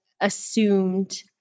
assumed